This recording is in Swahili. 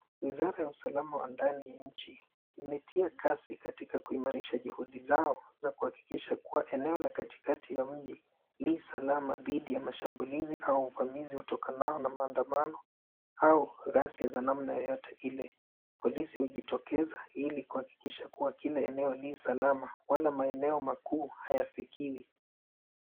Wizara ya usalama wa ndani ya nchi imetia kasi katika kuimarisha juhudi zao za kuhakikisha kuwa eneo la katikati ya mji li saama dhidi ya mashambulizi au uvamizi utokanao na maandamano au ghasia za namna yoyote ile. Polisi hujitokeza ili kuhakikisha kuwa kila eneo li salama na maeneo makuu hayafikiwi.